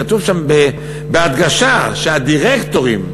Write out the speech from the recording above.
כתוב שם בהדגשה שהדירקטורים,